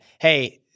hey